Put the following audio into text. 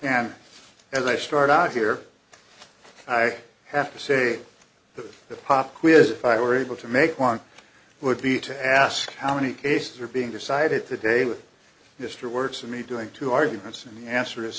and as i start out here i have to say that the pop quiz if i were able to make one would be to ask how many cases are being decided today with mr wertz and me doing two arguments and the answer is